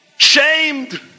shamed